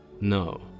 No